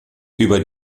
über